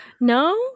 No